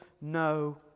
no